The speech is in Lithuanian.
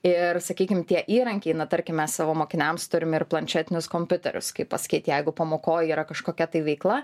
ir sakykim tie įrankiai na tarkim savo mokiniams turim ir planšetinius kompiuterius kaip pasakyt jeigu pamokoj yra kažkokia tai veikla